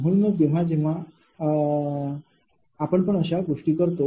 म्हणूनच जेव्हा जेव्हा आपण पण अशा गोष्टी करतो